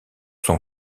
son